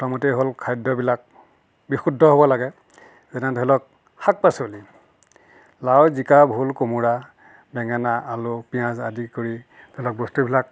প্ৰথমতেই হ'ল খাদ্যবিলাক বিশুদ্ধ হ'ব লাগে যেনে ধৰি লওক শাক পাচলি লাও জিকা ভোল কোমোৰা বেঙেনা আলু পিঁয়াজ আদি কৰি ধৰি লওক বস্তুবিলাক